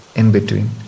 in-between